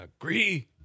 agree